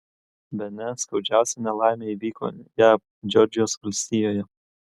bene skaudžiausia nelaimė įvyko jav džordžijos valstijoje